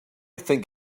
think